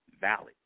valid